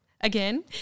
again